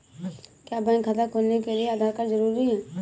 क्या बैंक खाता खोलने के लिए आधार कार्ड जरूरी है?